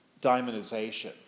diamondization